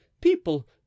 people